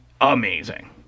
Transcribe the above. amazing